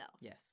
Yes